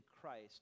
Christ